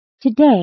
Today